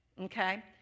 Okay